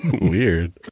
Weird